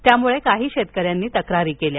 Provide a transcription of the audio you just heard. त्यामुळे काही शेतकऱ्यांनी तक्रारी केल्या